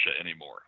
anymore